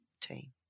team